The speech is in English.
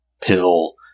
pill